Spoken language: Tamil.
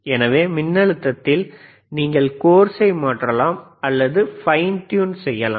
எனவே மின்னழுத்தத்தில் நீங்கள் கோர்ஸை மாற்றலாம் அல்லது ஃபைன் ட்யூன் செய்யலாம்